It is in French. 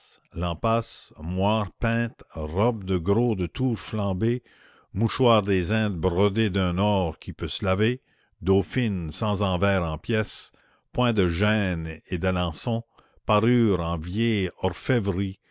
lampas moires peintes robes de gros de tours flambé mouchoirs des indes brodés d'un or qui peut se laver dauphines sans envers en pièces points de gênes et d'alençon parures